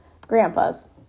Grandpa's